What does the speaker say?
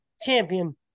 champion